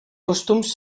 costums